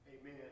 amen